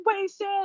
wasted